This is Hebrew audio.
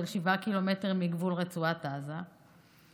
של 7 ק"מ מגבול רצועת עזה,